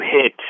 hit